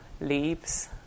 leaves